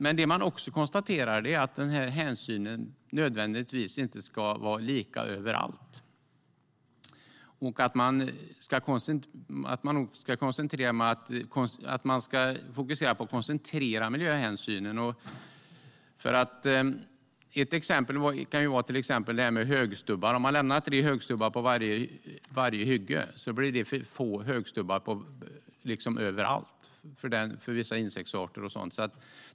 Man konstaterar också att denna hänsyn inte nödvändigtvis ska vara lika överallt och att man ska fokusera på att koncentrera miljöhänsynen. Ett exempel är högstubbar. Om man lämnar tre högstubbar på varje hygge blir det för få högstubbar överallt för vissa insektsarter.